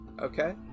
Okay